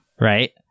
right